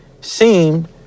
seemed